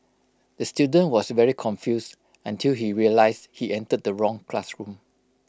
the student was very confused until he realised he entered the wrong classroom